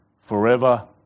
forever